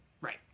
right